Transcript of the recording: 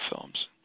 films